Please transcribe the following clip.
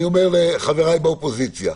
אני אומר לחבריי באופוזיציה.